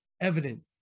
evident